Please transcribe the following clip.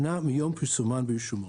שנה מיום פרסומן ברשומות.